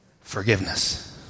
Forgiveness